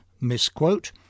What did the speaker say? misquote